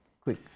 quick